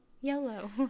yellow